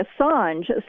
Assange